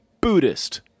Buddhist